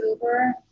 over